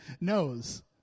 knows